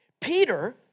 Peter